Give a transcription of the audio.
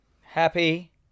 Happy